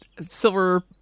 Silver